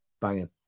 Banging